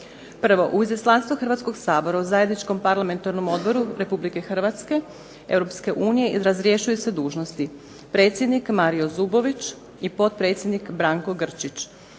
Prvo, u izaslanstvo Hrvatskoga sabora u Zajedničkom parlamentarnom odboru Republike Hrvatske i Europske unije razrješuje se dužnosti predsjednik Mario Zubović i potpredsjednik Branko Grčić.